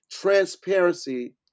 transparency